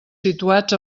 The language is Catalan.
situats